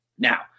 Now